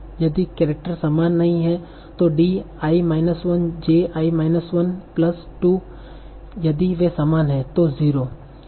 यदि केरेक्टर समान नहीं हैं तो D i minus 1 j minus 1 plus 2 यदि वे समान हैं तो 0